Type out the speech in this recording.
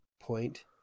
point